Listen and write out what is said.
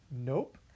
Nope